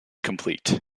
complete